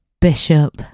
bishop